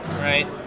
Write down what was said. right